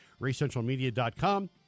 racecentralmedia.com